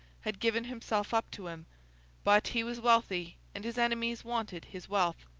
had given himself up to him but, he was wealthy, and his enemies wanted his wealth.